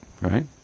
Right